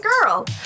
girl